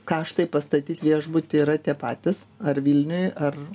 kaštai pastatyt viešbutį yra tie patys ar vilniuj ar